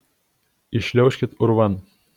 įšliaužkit urvan